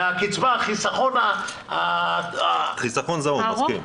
מהקצבה, החיסכון --- חיסכון זעום, אני מסכים.